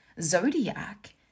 zodiac